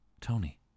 Tony